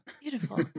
Beautiful